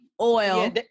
oil